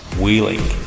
wheeling